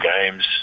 games